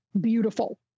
beautiful